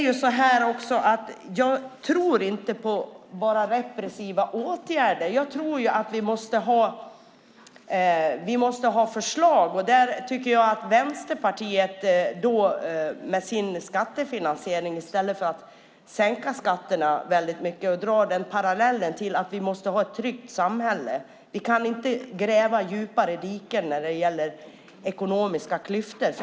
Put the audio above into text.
Jag tror inte bara på repressiva åtgärder. Vi måste ha förslag. Vänsterpartiet har förslag med skattefinansiering i stället för att sänka skatterna väldigt mycket. Jag drar den parallellen till att vi måste ha ett tryggt samhälle. Vi kan inte gräva djupare diken när det gäller ekonomiska klyftor.